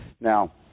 now